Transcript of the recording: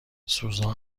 سوزان